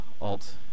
alt